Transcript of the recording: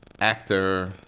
actor